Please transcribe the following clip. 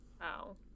Wow